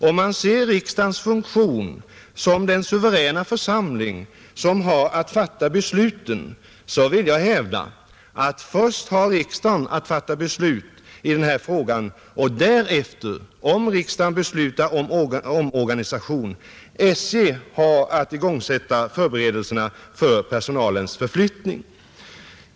Om man ser riksdagens funktion såsom den suveräna församling som har att fatta beslut, vill jag hävda att först har riksdagen att fatta beslut i denna fråga och därefter, om riksdagen beslutar om omorganisation, har SJ att igångsätta förberedelserna för personalens förflyttning.